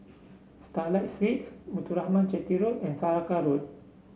Starlight Suites Muthuraman Chetty Road and Saraca Road